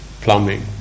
plumbing